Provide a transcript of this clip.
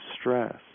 stress